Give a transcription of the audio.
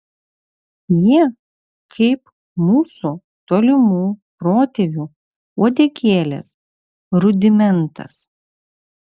jie kaip mūsų tolimų protėvių uodegėlės rudimentas